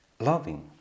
loving